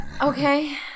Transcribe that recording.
Okay